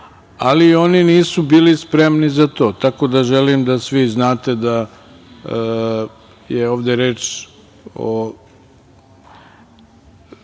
Ali, oni nisu bili spremni za to. Tako da želim da svi znate da je ovde reč o